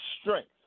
strength